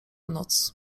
noc